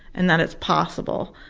and that it's possible,